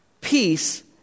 peace